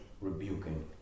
rebuking